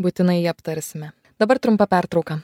būtinai jį aptarsime dabar trumpa pertrauka